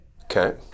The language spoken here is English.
Okay